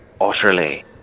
utterly